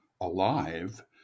alive